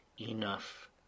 enough